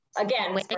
again